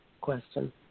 question